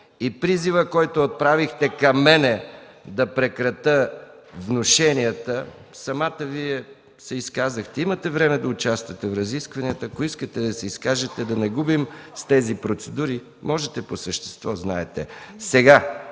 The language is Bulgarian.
и призивът, който отправихте към мен – да прекратя внушенията, самата Вие се изказахте. Имате време да участвате в разискванията. Ако искате да се изкажете, да не губим време с тези процедури. Последно лично обяснение